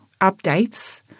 updates